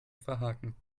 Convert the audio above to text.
verhaken